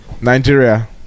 Nigeria